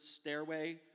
stairway